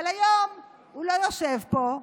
אבל היום הוא לא יושב פה,